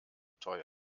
teuer